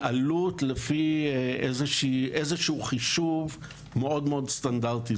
זה 40% מהעלות לפי איזשהו חישוב סטנדרטי מאוד.